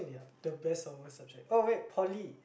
the best or worst subject oh wait poly